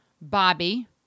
Bobby